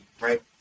right